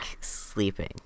sleeping